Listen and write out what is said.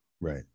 Right